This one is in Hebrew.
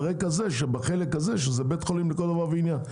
על רקע זה שהחלק הזה הוא בית חולים לכל דבר ועניין.